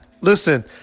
listen